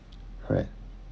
alright